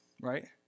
right